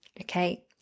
Okay